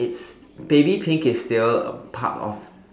it's baby pink is still a part of